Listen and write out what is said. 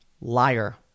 Liar